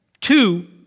Two